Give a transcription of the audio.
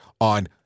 on